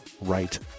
right